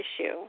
issue